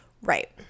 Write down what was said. right